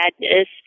madness